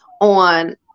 on